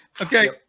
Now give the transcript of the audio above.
Okay